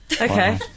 Okay